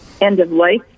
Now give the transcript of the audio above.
end-of-life